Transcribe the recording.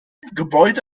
gebäude